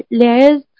layers